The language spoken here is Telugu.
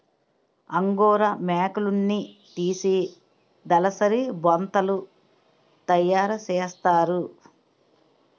అంగోరా మేకలున్నితీసి దలసరి బొంతలు తయారసేస్తారు